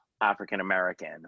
African-American